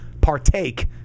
partake